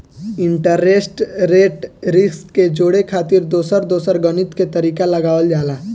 interest rate risk के जोड़े खातिर दोसर दोसर गणित के तरीका लगावल जाला